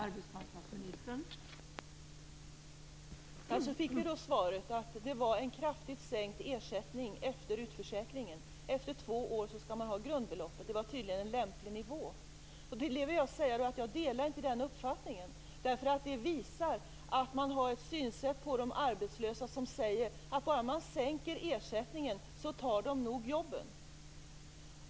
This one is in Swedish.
Fru talman! Så fick vi då svaret att det skall vara en kraftigt sänkt ersättning efter utförsäkringen. Efter två år skall man få grundbeloppet. Det är tydligen en lämplig nivå. Jag delar inte den uppfattningen. Det är ett synsätt på de arbetslösa som innebär att om ersättningen sänks, så tar de nog jobben.